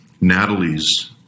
Natalie's